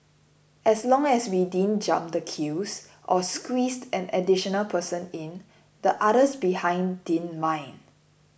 as long as we didn't jump the queues or squeezed an additional person in the others behind didn't mind